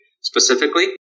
specifically